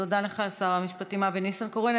תודה לך, שר המשפטים אבי ניסנקורן.